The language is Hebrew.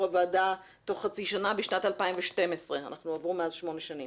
הוועדה תוך חצי שנה בשנת 2012 ומאז עברו שמונה שנים.